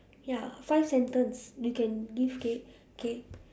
ya five sentence you can give K K